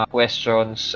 Questions